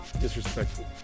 disrespectful